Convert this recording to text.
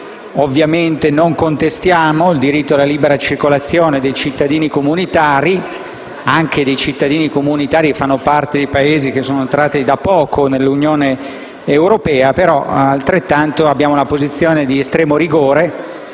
ovviamente, non contestiamo il diritto alla libera circolazione dei cittadini comunitari, anche di cittadini comunitari che fanno parte di Paesi che sono entrati da poco nell'Unione europea, ma abbiamo una posizione di estremo rigore,